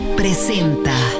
presenta